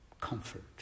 comfort